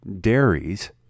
dairies